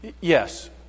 Yes